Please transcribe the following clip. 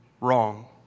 wrong